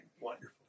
Wonderful